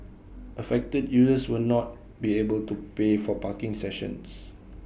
affected users were not be able to pay for parking sessions